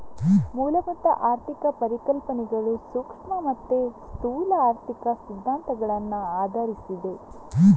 ಮೂಲಭೂತ ಆರ್ಥಿಕ ಪರಿಕಲ್ಪನೆಗಳು ಸೂಕ್ಷ್ಮ ಮತ್ತೆ ಸ್ಥೂಲ ಆರ್ಥಿಕ ಸಿದ್ಧಾಂತಗಳನ್ನ ಆಧರಿಸಿದೆ